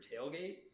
tailgate